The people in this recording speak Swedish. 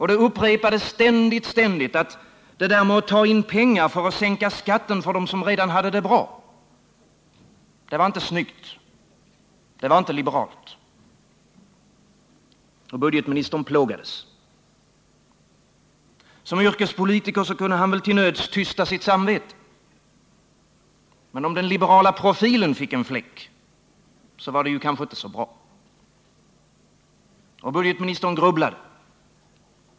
Det upprepade ständigt att det där med att tain pengar för att sänka skatten för dom som redan hade det bra, det var inte snyggt, det var inte liberalt. Budgetministern plågades. Som yrkespolitiker kunde han väl till nöds tysta sitt samvete. Men om den liberala profilen fick en fläck så var det kanske inte så bra. Budgetministern grubblade.